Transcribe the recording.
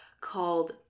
called